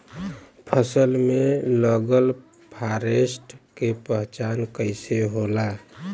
फसल में लगल फारेस्ट के पहचान कइसे होला?